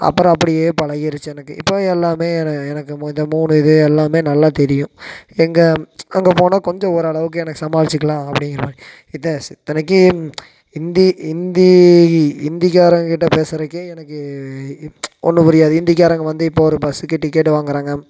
அப்புறம் அப்படியே பழகிடுச்சி எனக்கு இப்போ எல்லாமே என எனக்கு இந்த மூணு இது எல்லாமே நல்லா தெரியும் எங்கே அங்கே போனால் கொஞ்சம் ஓரளவுக்கு எனக்கு சமாளிச்சிக்கலாம் அப்படிங்கிற மாதிரி இதை இத்தனைக்கு ஹிந்தி ஹிந்தி ஹிந்திக்காரங்கிட்ட பேசுகிறதுக்கே எனக்கு ஒன்றும் புரியாது ஹிந்திக்காரங்க இப்போது வந்து பஸ்ஸுக்கு டிக்கெட் வாங்குகிறாங்க